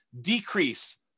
decrease